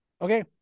okay